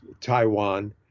Taiwan